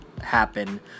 happen